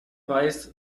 weiß